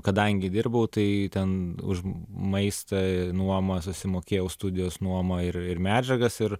kadangi dirbau tai ten už maistą nuomą susimokėjau studijos nuomą ir ir medžiagas ir